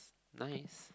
nice